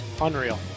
Unreal